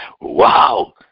Wow